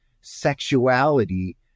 sexuality